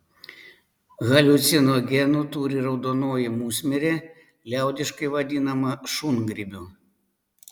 haliucinogenų turi raudonoji musmirė liaudiškai vadinama šungrybiu